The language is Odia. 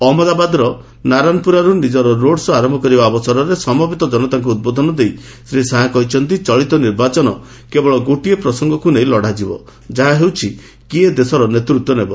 ଅହଜ୍ଞଦାବାଦର ନାରାନପୁରାରୁ ନିଜର ରୋଡ୍ସୋ ଆରମ୍ଭ କରିବା ଅବସରରେ ସମବେତ ଜନତାଙ୍କୁ ଉଦ୍ବୋଧନ ଦେଇ ଶ୍ରୀ ଶହା କହିଛନ୍ତି ଚଳିତ ନିର୍ବାଚନ କେବଳ ଗୋଟିଏ ପ୍ରସଙ୍ଗକୁ ନେଇ ଲଢ଼ାଯିବ ଯାହା ହେଉଛି କିଏ ଦେଶର ନେତୃତ୍ୱ ନେବ